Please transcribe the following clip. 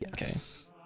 Yes